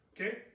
Okay